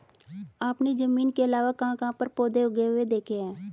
आपने जमीन के अलावा कहाँ कहाँ पर पौधे उगे हुए देखे हैं?